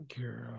Girl